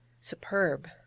Superb